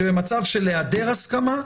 שבמצב של העדר הסכמה,